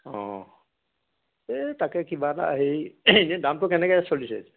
অঁ এই তাকে কিবা এটা হেৰি এনেই দামটো কেনেকৈ চলিছে